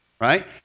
right